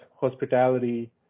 hospitality